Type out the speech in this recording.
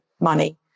money